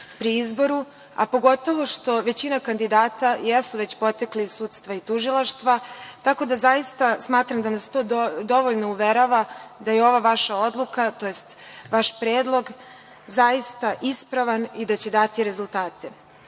pri izboru, a pogotovo što većina kandidata jesu već potekli iz sudstva i tužilaštva, tako da zaista smatram da nas to dovoljno uverava da je ova vaša odluka, tj. vaš predlog zaista ispravan i da će dati rezultate. Kada